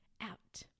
out